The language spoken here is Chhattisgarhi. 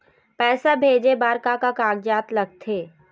पैसा भेजे बार का का कागजात लगथे?